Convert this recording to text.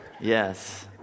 Yes